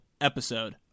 episode